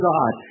God